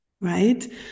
Right